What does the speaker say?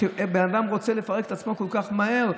שבן אדם רוצה לפרק את עצמו כל כך מהר?